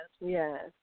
Yes